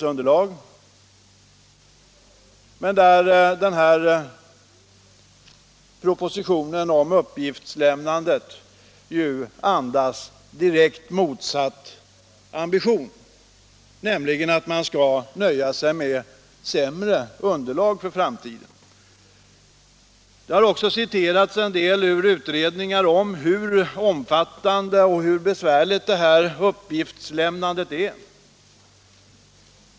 Den här propositionen om uppgiftslämnandet andas direkt motsatt ambition, nämligen att man skall nöja sig med sämre underlag för framtiden. Det har också citerats en del ur utredningar om hur omfattande och besvärligt det här uppgiftslämnandet är.